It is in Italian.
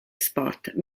sport